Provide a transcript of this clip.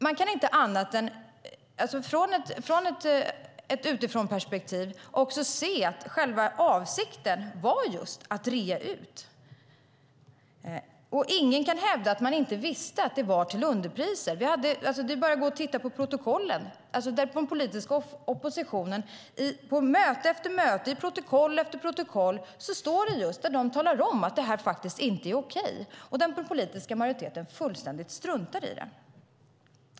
Man kan från ett utifrånperspektiv inte annat än se att själva avsikten var just att rea ut, och ingen kan hävda att man inte visste att det var till underpriser. Det är bara att titta på protokollen. Den politiska oppositionen talar på möte efter möte och i protokoll efter protokoll om att det här faktiskt inte är okej, men den politiska majoriteten struntar fullständigt i det.